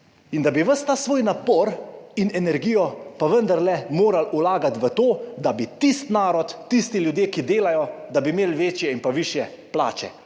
In da bi ves ta svoj napor in energijo pa vendarle morali vlagati v to, da bi tisti narod, tisti ljudje, ki delajo, da bi imeli večje in višje plače.